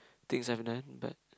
things I have done but